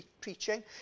preaching